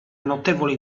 notevole